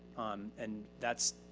um and that's,